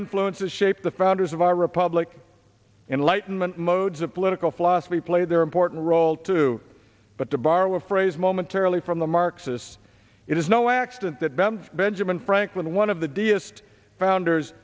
influences shaped the founders of our republic enlightenment modes of political philosophy play their important role too but to borrow a phrase momentarily from the marxists it is no accident that memes benjamin franklin one of the deist founders